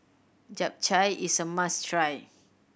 japchae is a must try